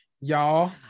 Y'all